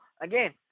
again